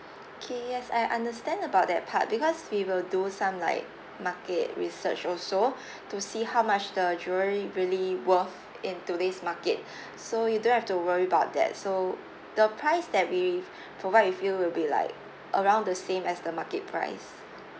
K yes I understand about that part because we will do some like market research also to see how much the jewellery really worth in today's market so you don't have to worry about that so the price that we provide with you will be like around the same as the market price